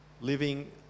Living